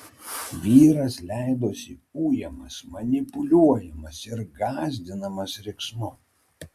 vyras leidosi ujamas manipuliuojamas ir gąsdinamas riksmu